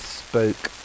spoke